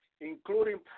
including